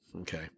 Okay